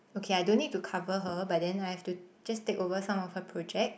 okay I don't need to cover her but then I have to just take over some of her project